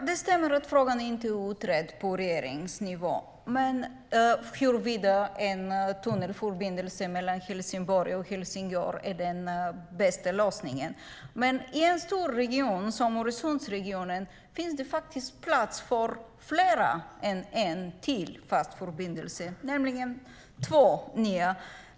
Herr talman! Det stämmer att frågan huruvida en tunnelförbindelse mellan Helsingborg och Helsingör är den bästa lösningen inte är utredd på regeringsnivå. Men i en stor region som Öresundsregionen finns det plats för fler än ytterligare en fast förbindelse, nämligen två nya.